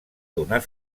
donar